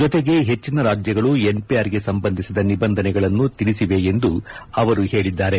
ಜತೆಗೆ ಹೆಚ್ಚಿನ ರಾಜ್ಯಗಳು ಎನ್ಪಿಆರ್ಗೆ ಸಂಬಂಧಿಸಿದ ನಿಬಂಧನೆಗಳನ್ನು ತಿಳಿಸಿವೆ ಎಂದು ಅವರು ಹೇಳಿದ್ದಾರೆ